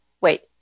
wait